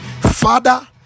father